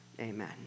Amen